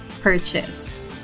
purchase